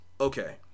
Okay